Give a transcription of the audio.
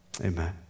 Amen